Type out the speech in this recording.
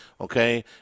okay